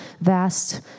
vast